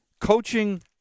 coaching